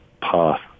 path